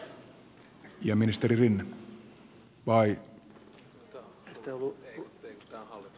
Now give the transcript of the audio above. niin arvoisa ministeri